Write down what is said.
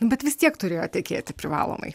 bet vis tiek turėjo tekėti privalomai